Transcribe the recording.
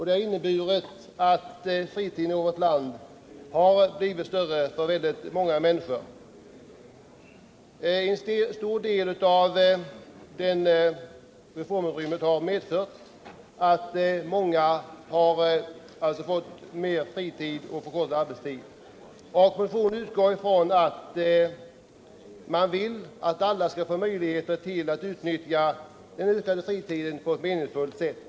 Det har inneburit att fritiden ökat för väldigt många människor i vårt land. En stor del av reformutrymmet har använts till åtgärder som medfört mera fritid och förkortad arbetstid. Motionärerna utgår ifrån att man vill att alla skall få möjlighet att utnyttja den ökade fritiden på ett meningsfullt sätt.